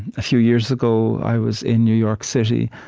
a few years ago, i was in new york city,